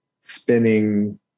spinning